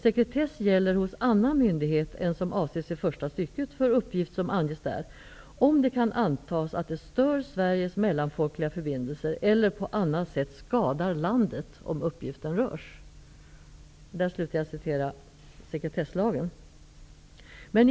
Sekretess gäller hos annan myndighet än som avses i första stycket för uppgift som anges där, om det kan antas att det stör Sveriges mellanfolkliga förbindelser eller på annat sätt skadar landet om uppgiften röjs.'' Jag tycker att det är viktigt att vi verkligen vet vilken inskränkning vi här har att ta hänsyn till.